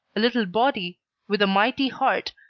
a little body with a mighty heart,